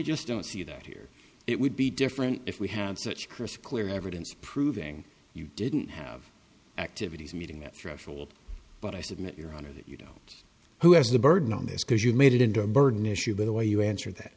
just don't see that here it would be different if we had such crisp clear evidence proving you didn't have activities meeting that threshold but i submit your honor that you know who has the burden on this because you made it into a burden issue by the way you answer that